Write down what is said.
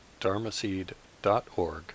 dharmaseed.org